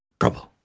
trouble